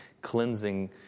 cleansing